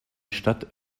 stadt